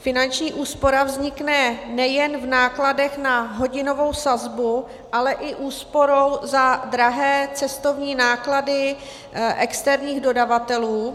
Finanční úspora vznikne nejen v nákladech na hodinovou sazbu, ale i úsporou za drahé cestovní náklady externích dodavatelů.